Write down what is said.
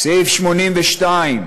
סעיף 82,